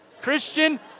Christian